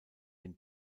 den